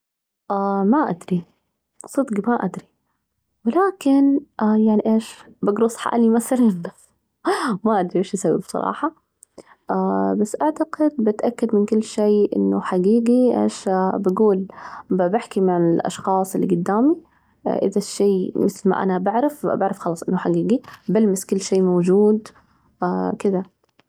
ما أدري، صدق ما أدري ولكن يعني إيش؟ بجرص حالي مثلاً <>ما أدري وش أسوي بصراحة، بس أعتقد بتأكد من كل شي إنه حجيجي إيش؟ بجول بحكي مع الأشخاص اللي جدامي ، إذا الشي مثل ما أنا بعرف بعرف خلاص إنه حقيقي، بلمس كل شي موجود كذا.